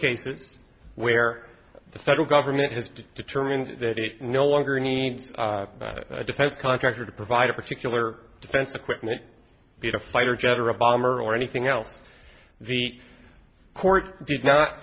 cases where the federal government has determined that it no longer needs a defense contractor to provide a particular defense equipment be it a fighter jet or a bomber or anything else the court did not